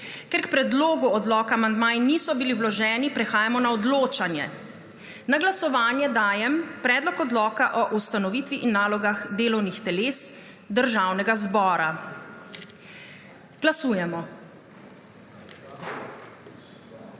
Ker k predlogu odloka amandmaji niso bili vloženi, prehajamo na odločanje. Na glasovanje dajem Predlog odloka o ustanovitvi in nalogah delovnih teles Državnega zbora. Glasujemo.